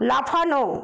লাফানো